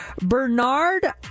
Bernard